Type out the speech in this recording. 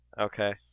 Okay